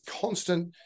constant